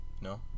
No